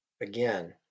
Again